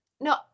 No